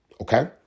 Okay